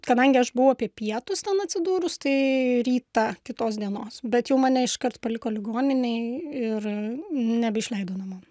kadangi aš buvau apie pietus ten atsidūrus tai rytą kitos dienos bet jau mane iškart paliko ligoninėj ir nebeišleido namo